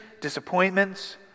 disappointments